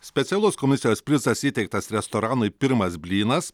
specialus komisijos prizas įteiktas restoranui pirmas blynas